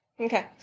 Okay